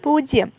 പൂജ്യം